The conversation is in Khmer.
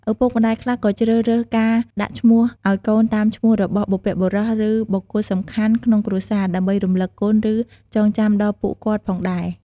ឪពុកម្តាយខ្លះក៏ជ្រើសរើសការដាក់ឈ្មោះឲ្យកូនតាមឈ្មោះរបស់បុព្វបុរស ឬ បុគ្គលសំខាន់ក្នុងគ្រួសារ ដើម្បីរំលឹកគុណ ឬ ចងចាំដល់ពួកគាត់ផងដែរ។